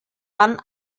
dann